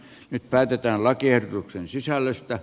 nyt päätetään lakiehdotuksen sisällöstä